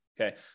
Okay